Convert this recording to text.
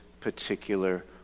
particular